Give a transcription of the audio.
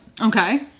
Okay